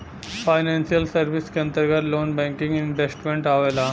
financial service क अंतर्गत loan banking investment आवेला